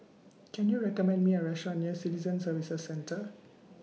Can YOU recommend Me A Restaurant near Citizen Services Centre